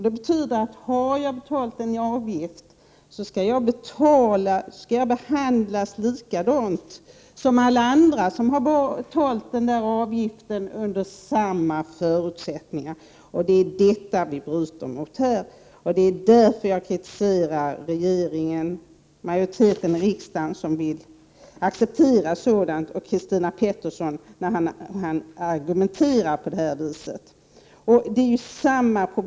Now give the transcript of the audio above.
Det innebär att om jag har betalt en avgift, skall jag behandlas likadant som alla andra som betalt denna avgift under samma förutsättningar. Det är därför jag kritiserar regeringen och majoriteten i riksdagen som vill acceptera dessa förhållanden och som argumenterar på det sätt som Christina Pettersson gör.